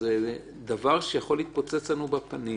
וזה דבר שיכול להתפוצץ לנו בפנים.